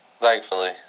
Thankfully